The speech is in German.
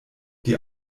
die